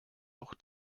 auch